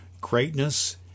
Greatness